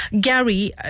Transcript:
Gary